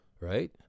right